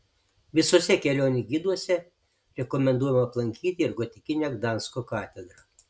visuose kelionių giduose rekomenduojama aplankyti ir gotikinę gdansko katedrą